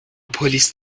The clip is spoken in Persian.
پلیس